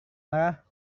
marah